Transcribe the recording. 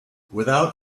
without